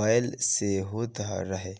बैल से होत रहे